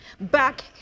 back